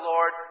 Lord